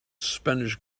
spanish